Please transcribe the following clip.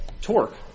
torque